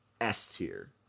S-tier